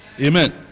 amen